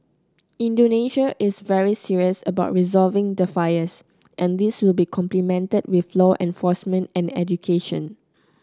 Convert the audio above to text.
Indonesia is very serious about resolving the fires and this will be complemented with law enforcement and education